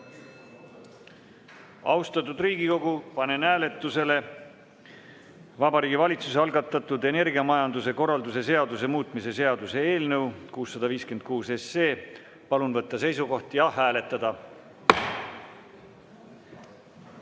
juurde. Austatud Riigikogu, panen hääletusele Vabariigi Valitsuse algatatud energiamajanduse korralduse seaduse muutmise seaduse eelnõu 656. Palun võtta seisukoht ja hääletada!